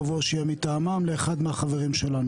חוץ מזה, השר מטעמכם היה חבר ועדה קבוע.